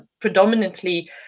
predominantly